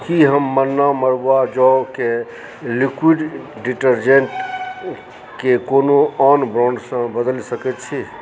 की हम मन्ना मरुआ जौके लिक्विड डिटर्जेन्ट के कोनो आन ब्राण्ड सँ बदलि सकै छी